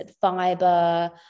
fiber